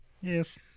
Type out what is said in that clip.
Yes